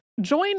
Join